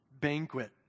banquet